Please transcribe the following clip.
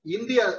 India